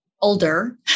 older